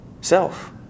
self